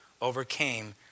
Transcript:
overcame